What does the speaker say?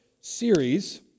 series